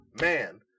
man